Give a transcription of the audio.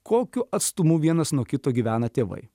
kokiu atstumu vienas nuo kito gyvena tėvai